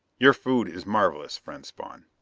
your food is marvelous, friend spawn.